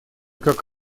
как